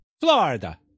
Florida